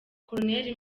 koloneli